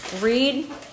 read